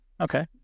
Okay